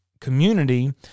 community